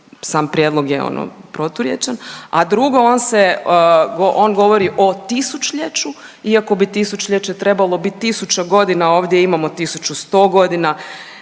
sam prijedlog je ono proturječan, a drugo on se, on govori o tisućljeću iako bi tisućljeće trebalo bit tisuća godina, a ovdje imamo 1100 godina,